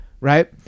right